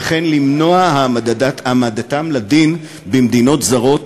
וכן למנוע העמדתם לדין במדינות זרות